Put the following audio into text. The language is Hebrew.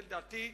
לדעתי,